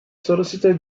solicitor